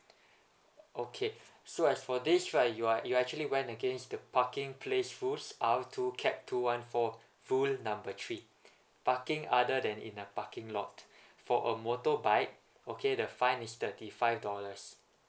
okay so as for this right you are you are actually went against the parking place rules R two cap two one four rule number three parking other than in a parking lot for a motorbike okay the fine is thirty five dollars